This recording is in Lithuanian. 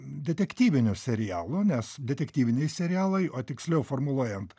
detektyvinių serialų nes detektyviniai serialai o tiksliau formuluojant